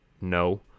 no